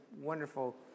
wonderful